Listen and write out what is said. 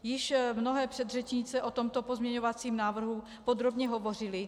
Již mnohé předřečnice o tomto pozměňovacím návrhu podrobně hovořily.